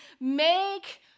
Make